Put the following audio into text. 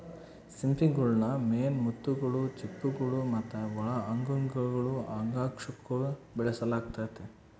ಸಿಂಪಿಗುಳ್ನ ಮೇನ್ ಮುತ್ತುಗುಳು, ಚಿಪ್ಪುಗುಳು ಮತ್ತೆ ಒಳ ಅಂಗಗುಳು ಅಂಗಾಂಶುಕ್ಕ ಬೆಳೆಸಲಾಗ್ತತೆ